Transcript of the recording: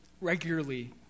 regularly